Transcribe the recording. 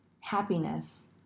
happiness